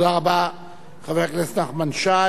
תודה רבה, חבר הכנסת נחמן שי.